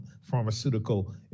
Pharmaceutical